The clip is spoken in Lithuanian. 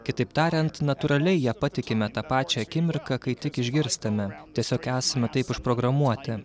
kitaip tariant natūraliai ją patikime tą pačią akimirką kai tik išgirstame tiesiog esame taip užprogramuoti